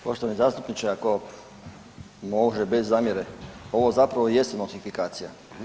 Poštovani zastupniče ako može bez zamjere ovo zapravo i jest notifikacija.